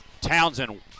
Townsend